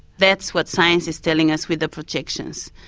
that's what science is telling us with the projections.